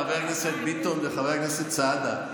חבר הכנסת ביטון וחבר הכנסת סעדה,